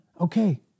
okay